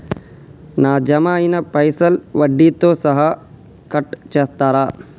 నా జమ అయినా పైసల్ వడ్డీతో సహా కట్ చేస్తరా?